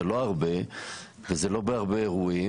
אלה לא הרבה ואלה לא הרבה אירועים